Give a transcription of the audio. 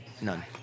None